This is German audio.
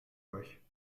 euch